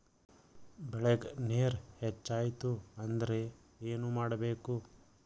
ಬೆಳೇಗ್ ನೇರ ಹೆಚ್ಚಾಯ್ತು ಅಂದ್ರೆ ಏನು ಮಾಡಬೇಕು?